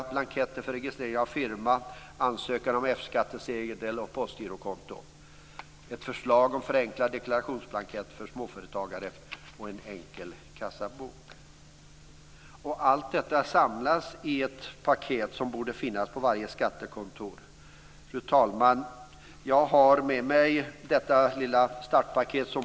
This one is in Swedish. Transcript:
Allt detta samlas i ett paket som borde finnas på varje skattekontor. Fru talman! Jag har med mig detta lilla startpaket.